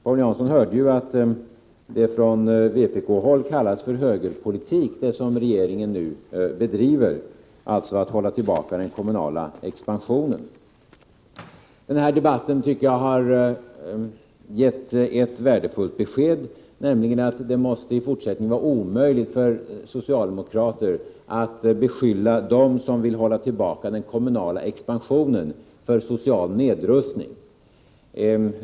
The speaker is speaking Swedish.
Paul Jansson hörde ju att den politik som regeringen nu bedriver, när den vill hålla tillbaka den kommunala expansionen, kallas för högerpolitik av vpk. Den här debatten har gett ett värdefullt besked, nämligen att det i fortsättningen måste vara omöjligt för socialdemokraterna att beskylla dem som vill hålla tillbaka den kommunala expansionen för att önska social nedrustning.